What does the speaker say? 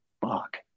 fuck